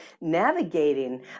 navigating